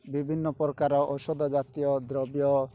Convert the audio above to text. ବିଭିନ୍ନ ପ୍ରକାର ଔଷଧ ଜାତୀୟ ଦ୍ରବ୍ୟ